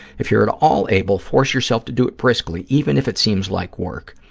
if you're at all able, force yourself to do it briskly, even if it seems like work.